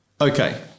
Okay